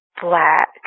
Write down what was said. black